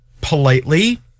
politely